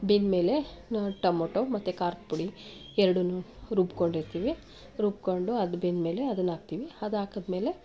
ಬೆಂದಮೇಲೆ ನ ಟೊಮೊಟೊ ಮತ್ತೆ ಖಾರದ ಪುಡಿ ಎರಡೂನು ರುಬ್ಕೊಂಡಿರ್ತೀವಿ ರುಬ್ಬಿಕೊಂಡು ಅದು ಬೆಂದಮೇಲೆ ಅದನ್ನ ಹಾಕ್ತೀವಿ ಅದಾಕಿದ್ಮೇಲೆ